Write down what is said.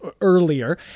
Earlier